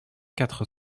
quatre